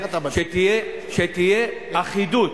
שתהיה אחידות.